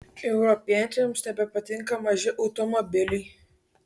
europiečiams nebepatinka maži automobiliai